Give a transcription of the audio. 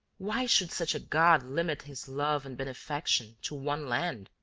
why should such a god limit his love and benefaction to one land,